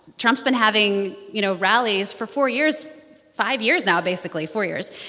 trump's been having, you know, rallies for four years five years now, basically four years.